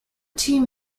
team